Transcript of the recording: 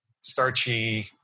starchy